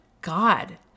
God